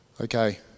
Okay